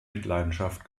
mitleidenschaft